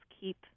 keep